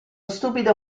stupido